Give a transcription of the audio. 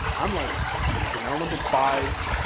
i'm like chanel number five,